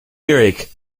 earache